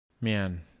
Man